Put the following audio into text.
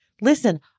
Listen